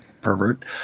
Pervert